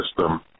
system